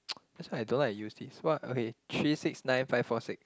that's why I don't like to use this what okay three six nine five four six